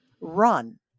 run